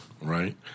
right